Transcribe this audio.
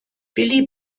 billy